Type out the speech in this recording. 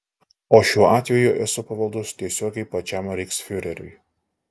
o šiuo atveju esu pavaldus tiesiogiai pačiam reichsfiureriui